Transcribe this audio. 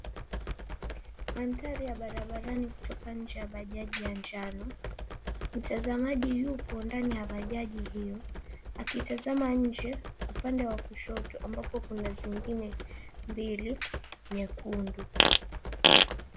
Mandhari ya barabarani kutoka nje ya bajaji ya njano. Mtazamaji yupo ndani ya bajaji hiyo akitazama nje upande wa kushoto, ambapo kuna zingine mbili nyekundu.